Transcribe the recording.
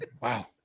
wow